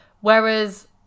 Whereas